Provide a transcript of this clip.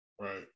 Right